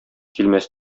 килмәс